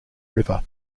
river